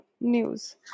news